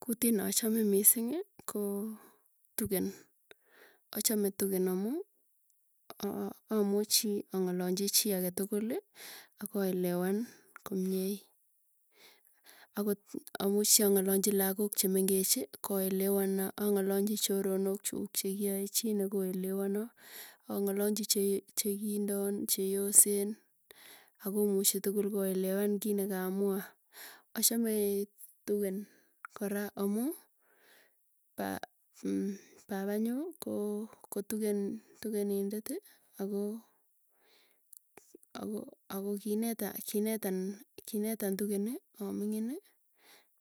Kutit nachame misiingi koo tugen, achame tugen amuu aa amuchi ang'alalchi chii age tukul, akoelewan komie. Akot amuu siong'ololchi laak chemengechi, koelewana ang'alalchi choronok chuk chekiaechine koelewana. Ang'alachi che kigindon cheyosen, akomuchi tugul koelewan kiit nekamwaa. Achamee tugen kora amuu, papanyu koo tugen tugenindeti, ako ako kineta kinetan kinetan tugenii, aming'inii,